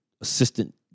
assistant